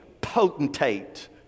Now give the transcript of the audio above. potentate